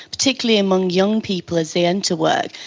particularly among young people as they enter work.